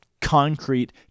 concrete